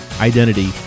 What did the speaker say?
identity